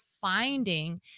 finding